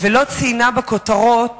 ולא ציינה בכותרות